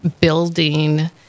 building